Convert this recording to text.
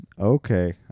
okay